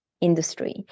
industry